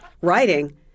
writing